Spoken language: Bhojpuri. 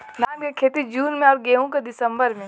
धान क खेती जून में अउर गेहूँ क दिसंबर में?